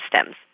stems